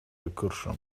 recursion